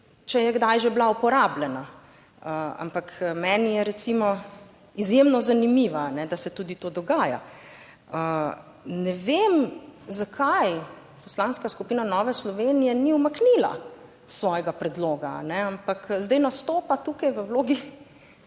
če je kdaj že bila uporabljena. Ampak meni je, recimo, izjemno zanimiva, da se tudi to dogaja. Ne vem zakaj Poslanska skupina Nove Slovenije ni umaknila svojega predloga, ampak zdaj nastopa tukaj v vlogi